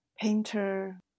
painter